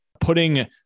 putting